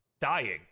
dying